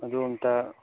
ꯑꯗꯨ ꯑꯝꯇ